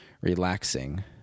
relaxing